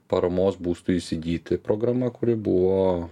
paramos būstui įsigyti programa kuri buvo